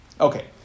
Okay